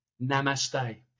Namaste